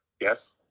Yes